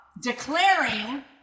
declaring